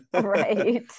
Right